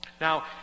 Now